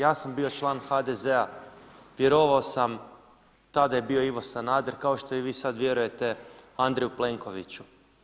Ja sam bio član HDZ-a, vjerovao sam, tada je bio Ivo Sanader, kao što i vi sad vjerujete Andreju Plenkoviću.